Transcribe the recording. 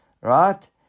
right